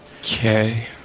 Okay